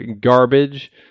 garbage